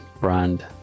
brand